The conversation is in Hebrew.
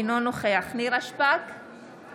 אינו נוכח נירה שפק,